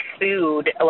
food